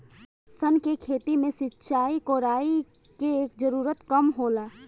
सन के खेती में सिंचाई, कोड़ाई के जरूरत कम होला